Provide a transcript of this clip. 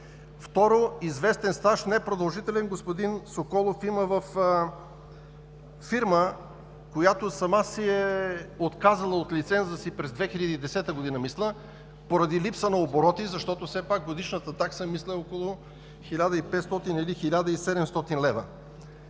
Второ, известен стаж – непродължителен, господин Соколов има във фирма, която сама се е отказала от лиценза си през 2010 г. поради липса на оборот, защото все пак годишната такса, мисля, че е около 1500 или 1700 лв.